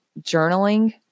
journaling